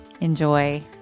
enjoy